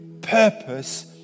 purpose